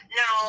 no